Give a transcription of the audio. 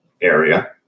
area